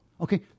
Okay